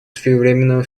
своевременного